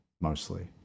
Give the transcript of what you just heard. mostly